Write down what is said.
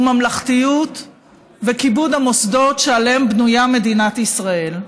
ממלכתיות וכיבוד המוסדות שעליהם בנויה מדינת ישראל.